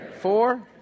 Four